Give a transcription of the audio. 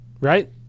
right